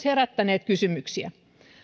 herättäneet kysymyksiä